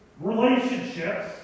relationships